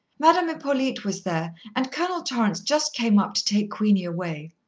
madame hippolyte was there, and colonel torrance just came up to take queenie away.